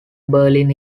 berlin